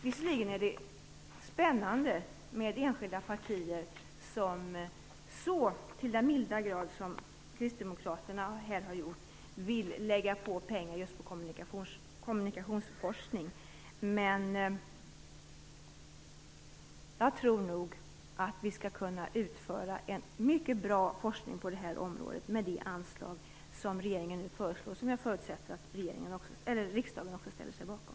Visserligen är det spännande med enskilda partier som vill lägga pengar på just kommunikationsforskning så till den milda grad som Kristdemokraterna har gjort här, men jag tror nog att vi skall kunna utföra en mycket bra forskning på det här området med det anslag som regeringen nu föreslår, och som jag förutsätter att riksdagen ställer sig bakom.